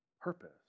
purpose